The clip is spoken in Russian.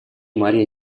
марья